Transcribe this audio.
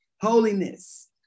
holiness